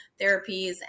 therapies